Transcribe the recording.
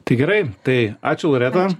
tai gerai tai ačiū loreta